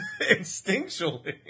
instinctually